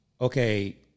okay